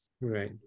Right